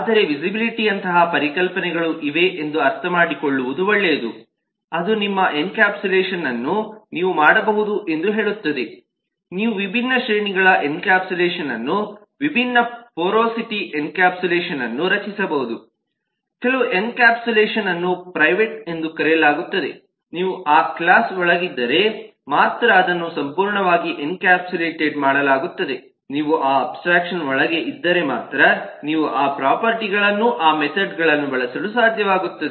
ಆದರೆ ವಿಸಿಬಿಲಿಟಿ ಅಂತಹ ಪರಿಕಲ್ಪನೆಗಳು ಇವೆ ಎಂದು ಅರ್ಥಮಾಡಿಕೊಳ್ಳುವುದು ಒಳ್ಳೆಯದು ಅದು ನಿಮ್ಮ ಎನ್ಕ್ಯಾಪ್ಸುಲೇಷನ್ ಅನ್ನು ನೀವು ಮಾಡಬಹುದು ಎಂದು ಹೇಳುತ್ತದೆ ನೀವು ವಿಭಿನ್ನ ಶ್ರೇಣಿಗಳ ಎನ್ಕ್ಯಾಪ್ಸುಲೇಷನ್ ಅನ್ನು ವಿಭಿನ್ನ ಪೊರೊಸಿಟಿ ಎನ್ಕ್ಯಾಪ್ಸುಲೇಷನ್ಅನ್ನು ರಚಿಸಬಹುದು ಕೆಲವು ಎನ್ಕ್ಯಾಪ್ಸುಲೇಷನ್ ಅನ್ನು ಪ್ರೈವೇಟ್ ಎಂದು ಕರೆಯಲಾಗುತ್ತದೆ ನೀವು ಆ ಕ್ಲಾಸ್ ಒಳಗಿದ್ದರೆ ಮಾತ್ರ ಅದನ್ನು ಸಂಪೂರ್ಣವಾಗಿ ಎನ್ಕ್ಯಾಪ್ಸುಲೇಟೆಡ್ ಮಾಡಲಾಗುತ್ತದೆ ನೀವು ಆ ಅಬ್ಸ್ಟ್ರಾಕ್ಷನ್ ಒಳಗೆ ಇದ್ದರೆ ಮಾತ್ರ ನೀವು ಆ ಪ್ರೊಫರ್ಟಿಗಳನ್ನು ಆ ಮೆಥೆಡ್ಗಳನ್ನು ಬಳಸಲು ಸಾಧ್ಯವಾಗುತ್ತದೆ